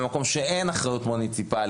במקומות שאין בהם אחריות מוניציפלית,